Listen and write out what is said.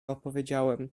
opowiedziałem